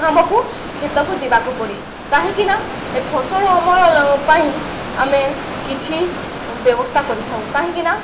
ଆମକୁ କ୍ଷତକୁ ଯିବାକୁ ପଡ଼େ କାହିଁକିନା ଫସଲ ଅମଳ ପାଇଁ ଆମେ କିଛି ବ୍ୟବସ୍ଥା କରିଥାଉ କାହିଁକିନା